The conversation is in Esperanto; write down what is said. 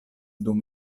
dum